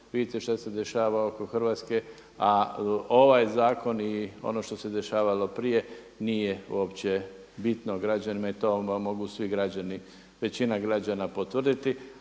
Vidite šta se dešava oko Hrvatske, a ovaj zakon i ono što se dešavalo prije nije uopće bitno. Građanima je to, mogu svi građani, većina građana potvrditi